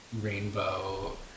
rainbow